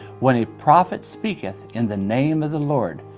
when a prophet speaketh in the name of the lord,